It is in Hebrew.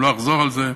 ולא אחזור על זה,